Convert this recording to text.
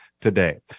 today